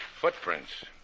footprints